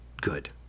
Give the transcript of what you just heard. good